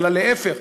אלא להפך,